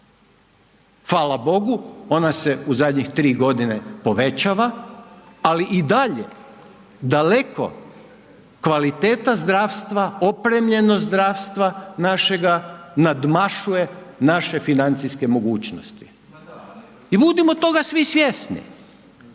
Fala Bogu ona se u zadnjih 3.g. povećava, ali i dalje daleko kvaliteta zdravstva, opremljenost zdravstva našega nadmašuje naše financijske mogućnosti i budimo toga svi svjesni,